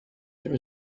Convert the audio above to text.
there